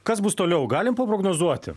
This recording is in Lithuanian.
kas bus toliau galim paprognozuoti